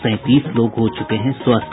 सैंतीस लोग हो चुके हैं स्वस्थ